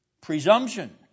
Presumption